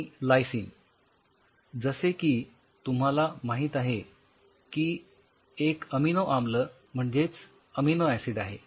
आणि लायसिन जसे की तुम्हाला माहित आहे की एक अमिनो आम्ल म्हणजेच अमिनो ऍसिड आहे